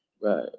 right